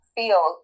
feel